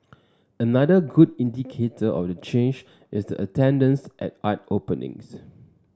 another good indicator of the change is the attendance at art openings